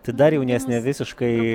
tai dar jaunesnė visiškai